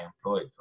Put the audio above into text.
employed